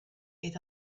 est